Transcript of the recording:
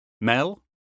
Mel